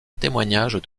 témoignage